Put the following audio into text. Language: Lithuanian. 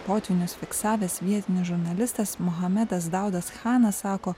potvynius fiksavęs vietinis žurnalistas muhamedas daudas chanas sako